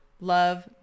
love